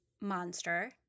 monster